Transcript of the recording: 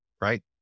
right